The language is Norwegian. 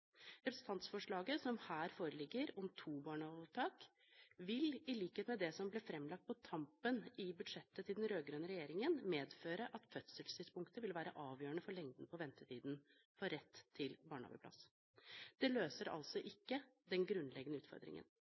Representantforslaget om to barnehageopptak, som her foreligger, vil, i likhet med det som ble framlagt på tampen i budsjettet til den rød-grønne regjeringen, medføre at fødselstidspunktet vil være avgjørende for lengden på ventetiden for rett til barnehageplass. Det løser altså ikke den grunnleggende utfordringen.